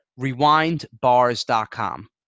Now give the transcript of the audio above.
rewindbars.com